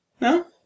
No